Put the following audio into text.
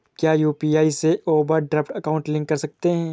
क्या यू.पी.आई से overdraft account link कर सकते हैं?